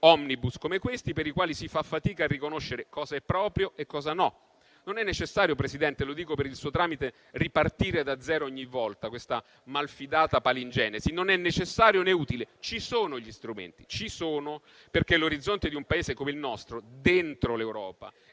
*omnibus* come questo, per i quali si fa fatica a riconoscere cosa è proprio e cosa no. Non è necessario - Presidente, lo dico per il suo tramite - ripartire da zero ogni volta, con questa malfidata palingenesi; non è necessario né utile. Ci sono gli strumenti. L'orizzonte di un Paese come il nostro, dentro l'Europa